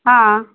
ହଁ